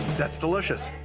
that's delicious.